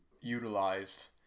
utilized